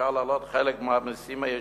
אפשר להעלות חלק מהמסים הישירים,